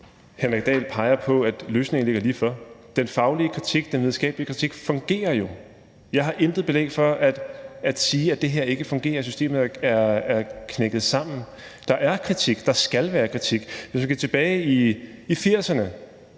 Henrik Dahl peger på, at løsningen ligger lige for. Den faglige kritik, den videnskabelige kritik fungerer jo. Jeg har intet belæg for at sige, at det her ikke fungerer, at systemet er knækket sammen. Der er kritik, der skal være kritik. Hvis vi går tilbage til 1980'erne,